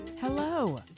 Hello